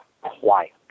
quiet